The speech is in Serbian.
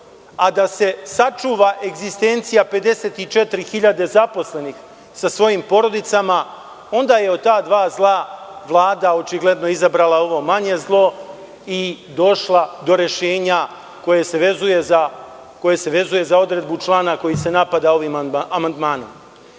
a da se sačuva egzistencija 54.000 zaposlenih sa svojim porodicama. Onda je od ta dva zla Vlada očigledno izabrala manje zlo i došla do rešenja koje se vezuje za odredbu člana koji se napada ovim amandmanom. Nažalost,